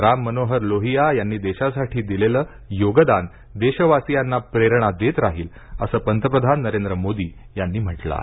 राम मनोहर लोहिया यांनी देशासाठी दिलेले योगदान देशवासियांना प्रेरणा देत राहील असं पंतप्रधान नरेंद्र मोदी यांनी म्हटलं आहे